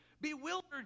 bewildered